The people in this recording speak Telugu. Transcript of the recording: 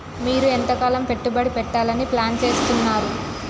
మీరు ఎంతకాలం పెట్టుబడి పెట్టాలని ప్లాన్ చేస్తున్నారు?